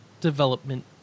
development